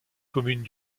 communes